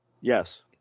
Yes